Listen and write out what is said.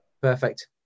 perfect